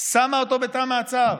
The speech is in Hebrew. שמה אותו בתא מעצר